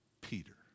Peter